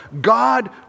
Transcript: God